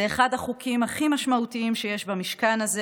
זה אחד החוקים הכי משמעותיים שיש במשכן הזה.